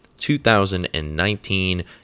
2019